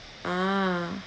ah